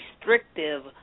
restrictive